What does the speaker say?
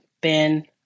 Ben